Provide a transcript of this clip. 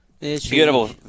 Beautiful